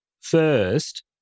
first